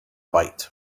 bite